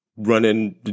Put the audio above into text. Running